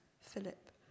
Philip